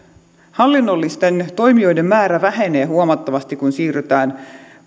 hallinnollisten toimijoiden määrä vähenee huomattavasti kun siirrytään